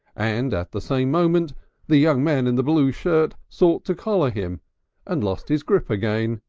and at the same moment the young man in the blue shirt sought to collar him and lost his grip again.